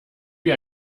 wie